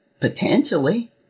Potentially